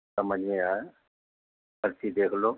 سمجھ نہیں آیا ہر چیز دیکھ لو